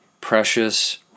precious